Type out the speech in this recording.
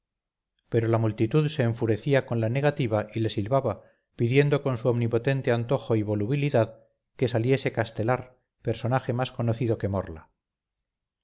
pero la multitud se enfurecía con la negativa y le silbaba pidiendo con su omnipotente antojo y volubilidad que saliese castelar personaje más conocido que morla